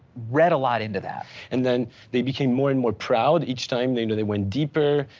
read a lot into that. and then they became more and more proud each time they know they went deeper.